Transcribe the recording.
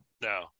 No